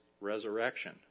resurrection